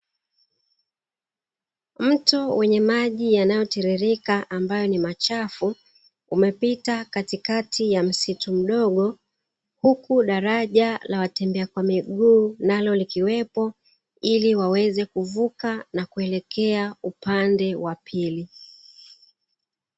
Mto wenye maji yanayotiririka ambayo ni machafu, umepita katikati ya msitu mdogo, huku daraja la watembea kwa miguu nalo likiwepo, ili waweze kuvuka na kuelekea upande wa pili.